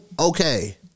Okay